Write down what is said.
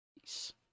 Peace